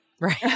Right